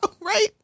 Right